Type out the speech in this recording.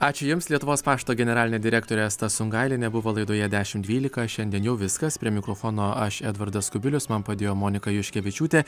ačiū jums lietuvos pašto generalinė direktorė asta sungailienė buvo laidoje dešim dvylika šiandien jau viskas prie mikrofono aš edvardas kubilius man padėjo monika juškevičiūtė